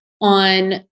on